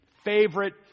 favorite